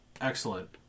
Excellent